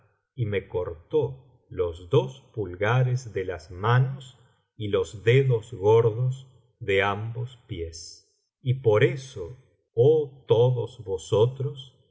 y me cortó los dos pulgares de las manos y los dedos gordos de ambos pies y por eso oh todos vosotros